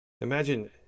Imagine